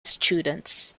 students